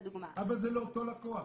אבל זה לא אותו לקוח.